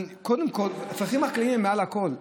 קודם כול, הצרכים החקלאיים הם מעל הכול.